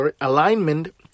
alignment